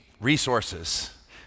resources